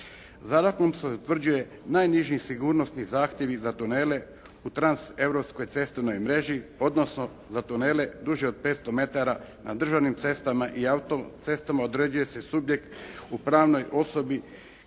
Zakonom se utvrđuje najniži sigurnosni zahtjevi za tunele u transeuropskoj cestovnoj mreži odnosno za tunele duže od 500 metara na državnim cestama i auto-cestama određuje se subjekt u pravnoj osobi